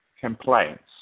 complaints